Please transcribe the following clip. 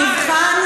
נבחן?